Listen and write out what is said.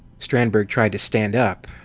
strandberg tried to stand up,